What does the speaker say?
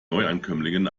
neuankömmlingen